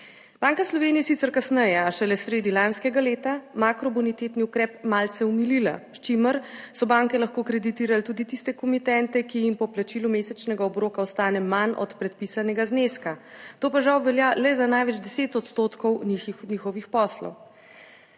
Banka Slovenije sicer kasneje, a šele sredi lanskega leta, makrobonitetni ukrep malce omilila, s čimer so banke lahko kreditirali tudi tiste komitente, ki jim po plačilu mesečnega obroka ostane manj od predpisanega zneska. To pa žal velja le za največ 10 % njih njihovih poslov.